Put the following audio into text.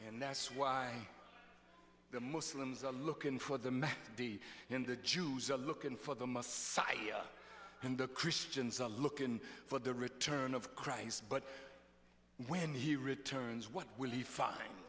and that's why the muslims are looking for the man in the jews are looking for the messiah and the christians are looking for the return of christ but when he returns what will the f